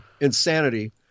insanity